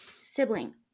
Sibling